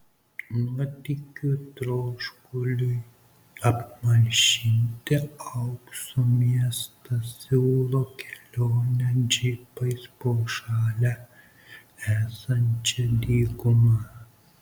nuotykių troškuliui apmalšinti aukso miestas siūlo kelionę džipais po šalia esančią dykumą